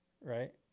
right